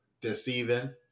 deceiving